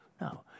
No